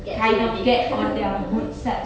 get through with it